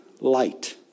light